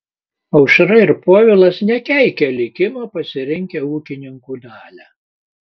aušra ir povilas nekeikia likimo pasirinkę ūkininkų dalią